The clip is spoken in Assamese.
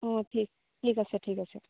অঁ ঠিক ঠিক আছে ঠিক আছে